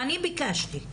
אני ביקשתי.